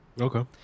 Okay